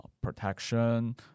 protection